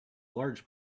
large